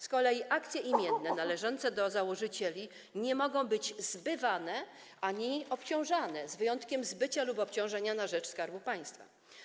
Z kolei akcje imienne należące do założycieli nie mogą być zbywane ani obciążane, z wyjątkiem zbycia lub obciążenia na rzecz Skarbu Państwa.